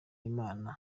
imana